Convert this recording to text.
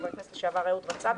חבר הכנסת לשעבר אהוד רצאבי,